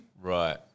Right